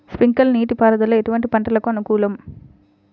Sprinkler నీటిపారుదల ఎటువంటి పంటలకు అనుకూలము?